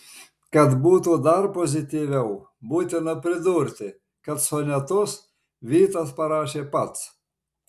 kad būtų dar pozityviau būtina pridurti kad sonetus vytas parašė pats